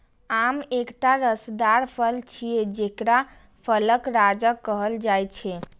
आम एकटा रसदार फल छियै, जेकरा फलक राजा कहल जाइ छै